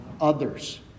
others